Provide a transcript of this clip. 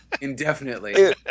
indefinitely